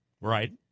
Right